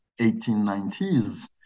1890s